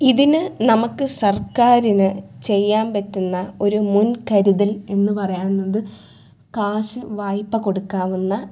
ഇതിനു നമുക്ക് സർക്കാരിന് ചെയ്യാൻ പറ്റുന്ന ഒരു മുൻകരുതൽ എന്ന് പറയാവുന്നത് കാശ് വായ്പ കൊടുക്കാവുന്ന